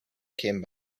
came